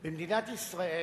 במדינת ישראל